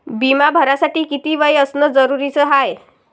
बिमा भरासाठी किती वय असनं जरुरीच हाय?